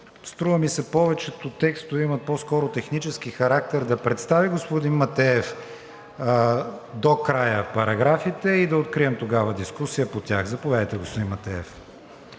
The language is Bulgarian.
струва ми се, повечето текстове имат по-скоро технически характер, да представи господин Матеев до края параграфите и да открием тогава дискусия по тях. Заповядайте, господин Матеев.